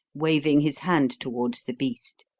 waving his hand towards the beast.